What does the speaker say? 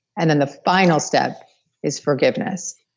and then the final step is forgiveness,